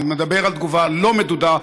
אני מדבר על תגובה לא מדודה,